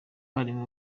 abarimu